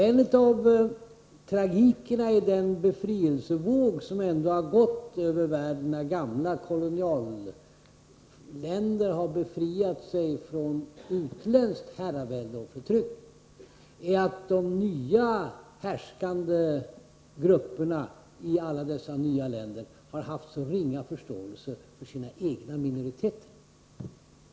En av de tragiska följderna av den befrielsevåg som ändå har gått över världen, när gamla koloniserade länder har befriat sig från utländskt herravälde och förtryck, är att de nya härskande grupperna i alla dessa länder har haft så ringa förståelse för sina egna minoriteter.